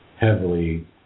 heavily